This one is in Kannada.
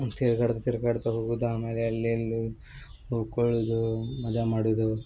ತಿರ್ಗಾಡಿ ತಿರ್ಗಾಡ್ತಾ ಹೋಗುದು ಆಮೇಲೆ ಅಲ್ಲಿ ಇಲ್ಲಿ ಉಳ್ಕೊಳುದು ಮಜಾ ಮಾಡುದು